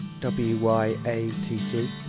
w-y-a-t-t